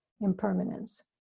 impermanence